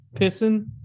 pissing